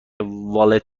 والت